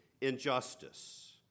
injustice